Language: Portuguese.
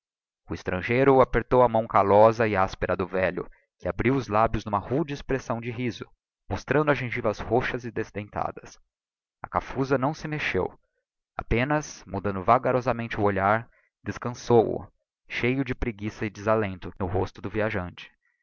o extrangeiro apertou a mão callosa e áspera do velho que abriu os lábios n'uma rude expressão de riso mostrando as gengivas roxas e desdentadas a cafusa não se mexeu apenas mudando vagarosamente o olhar descançou o cheio de preguiça e desalento no rosto do viajante